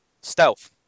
Stealth